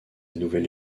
nouvelle